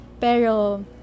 Pero